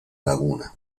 laguna